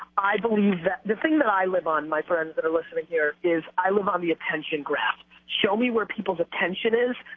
i believe that the thing that i live on, my friends that are listening here, is i live on the attention graph. show me where people's attention is.